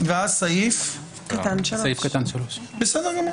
בסדר גמור.